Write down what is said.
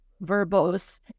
verbose